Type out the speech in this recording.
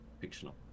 fictional